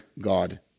God